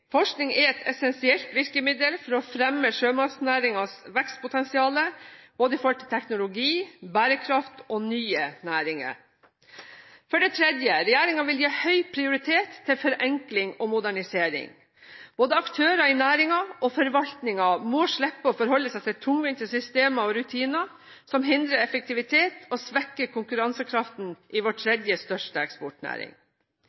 Forskning er et essensielt virkemiddel for å fremme sjømatnæringens vekstpotensial både når det gjelder teknologi, bærekraft og nye næringer. For det tredje: Regjeringen vil gi høy prioritet til forenkling og modernisering. Både aktører i næringen og forvaltningen må slippe å forholde seg til tungvinte systemer og rutiner som hindrer effektivitet og svekker konkurransekraften i vår